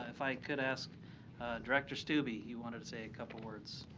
if i could ask director stubbe he wanted to say a couple words.